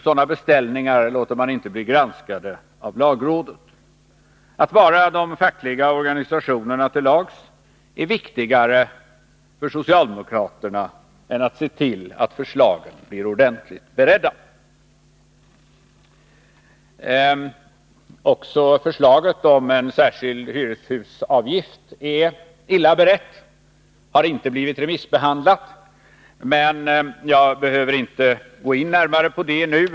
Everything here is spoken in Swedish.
Sådana beställningar låter man inte bli granskade av lagrådet. Att vara de fackliga organisationerna till lags är viktigare för socialdemokraterna än att se till att förslagen blir ordentligt beredda. Också förslaget om en särskild hyreshusavgift är illa berett. Det har inte blivit remissbehandlat. Men jag behöver inte gå in närmare på det nu.